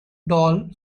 doll